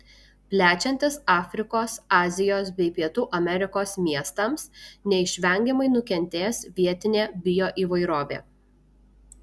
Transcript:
plečiantis afrikos azijos bei pietų amerikos miestams neišvengiamai nukentės vietinė bioįvairovė